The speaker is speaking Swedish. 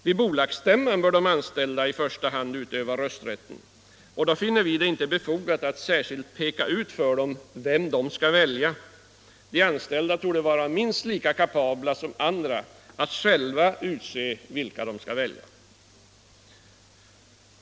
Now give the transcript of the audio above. Vid bolagsstämman bör de anställda i första hand utöva rösträtten, och då finner vi det inte befogat att särskilt peka ut för dem vem de skall välja. De anställda torde vara minst lika kapabla som andra att själva utse dem de skall välja.